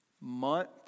Month